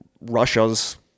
Russia's